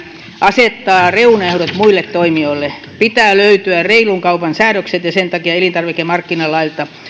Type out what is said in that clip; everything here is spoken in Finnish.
asettaa reunaehdot muille toimijoille pitää löytyä reilun kaupan säädökset ja sen takia elintarvikemarkkinalailta